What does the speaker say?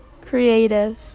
creative